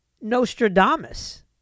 Nostradamus